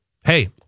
hey